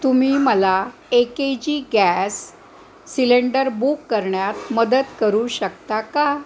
तुम्ही मला A K G gas cylinder book करण्यात मदत करू शकता का